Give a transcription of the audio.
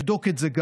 אבדוק את זה,